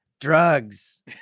Drugs